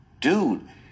Dude